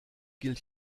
gilt